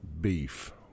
Beef